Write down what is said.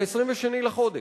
ב-22 לחודש.